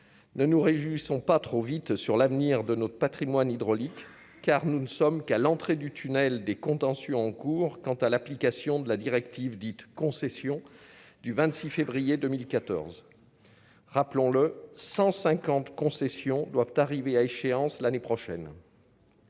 ne nous réjouissons pas trop vite sur l'avenir de notre Patrimoine hydraulique car nous ne sommes qu'à l'entrée du tunnel des contentieux en cours quant à l'application de la directive dite concession du 26 février 2014, rappelons-le, 150 concessions doivent arriver à échéance l'année prochaine.